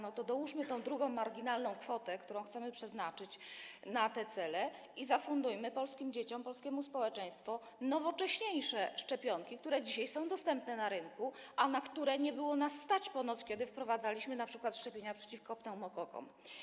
No to dołóżmy tę drugą marginalną kwotę, którą chcemy przeznaczyć na te cele, i zafundujmy polskim dzieciom, polskiemu społeczeństwu nowocześniejsze szczepionki, które dzisiaj są dostępne na rynku, a na które ponoć nie było nas stać, kiedy wprowadzaliśmy np. szczepienia przeciwko pneumokokom.